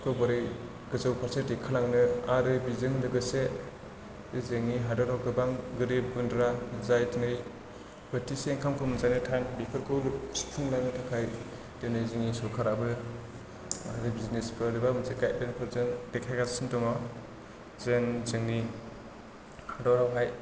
माबोरै गोजौ फारसे दैखोलांनो आरो बेजों लोगोसे जोंनि हादोराव गोबां गोरिब गुन्द्रा जाय दिनै बोथिसे ओंखामखौ मोनजानो थान बेफोरखौ सुफुंलांनो थाखाय दिनै जोंनि सरकाराबो ओरै बिजिनेसफोर एबा माबा मोनसे गायदलाइयेनफोरजों देखायगासिनो दङ जों जोंनि हादरावहाय